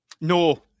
No